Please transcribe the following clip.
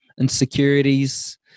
insecurities